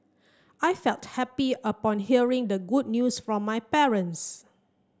I felt happy upon hearing the good news from my parents